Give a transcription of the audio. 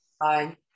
Aye